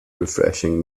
refreshing